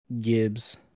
Gibbs